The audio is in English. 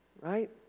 right